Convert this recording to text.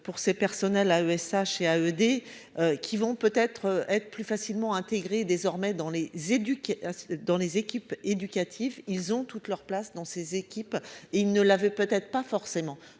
pour ces personnels à ESH et à ED. Qui vont peut être être plus facilement intégrer désormais dans les éduquer dans les équipes éducatives. Ils ont toute leur place dans ces équipes et il ne l'avait peut-être pas forcément